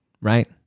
Right